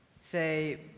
say